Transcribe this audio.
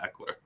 Eckler